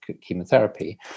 chemotherapy